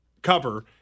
cover